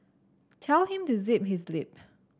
tell him to zip his lip